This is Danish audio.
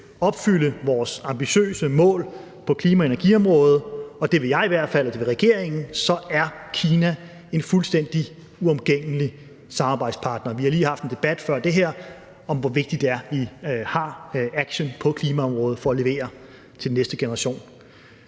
opfylde vores ambitiøse mål på klima- og energiområdet – og det vil jeg i hvert fald, og det vil regeringen – så er Kina en fuldstændig uomgængelig samarbejdspartner. Vi har lige haft en debat før det her om, hvor vigtigt det er, at vi tager aktion på klimaområdet for at levere til den næste generation.